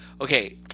Okay